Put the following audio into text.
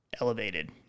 elevated